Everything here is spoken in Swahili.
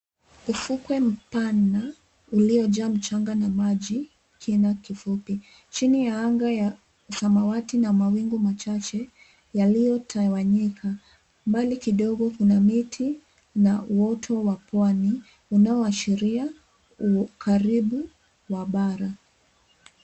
Ufukwe mpana uliojaa mchanga na maji kina kifupi chini ya anga ya samawati na mawingu machache yaliyotawanyika. Mbali kidogo kuna miti na uoto wa pwani unaoashiria ukaribu wa bara.